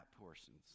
portions